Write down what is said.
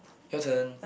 your turn